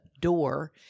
door